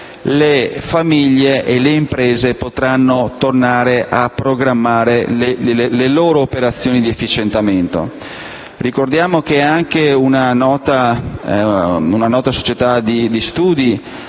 le famiglie e le imprese potranno tornare a programmare le loro operazioni di efficientamento. Ricordiamo che anche una nota società di studi